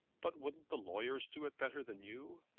but wouldn't the lawyers do it better than you?